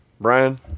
Brian